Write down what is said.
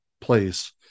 place